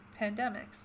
pandemics